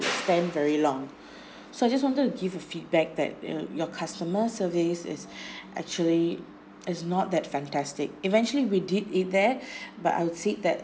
stand very long so I just wanted to give a feedback that uh your customer service is actually is not that fantastic eventually we did eat there but I would say that